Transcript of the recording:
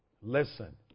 Listen